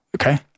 Okay